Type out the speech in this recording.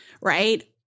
right